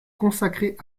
consacrées